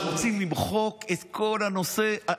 שרוצים למחוק את כל הנושא.